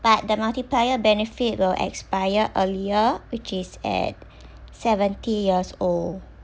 but the multiplier benefit will expire earlier which is at seventy years old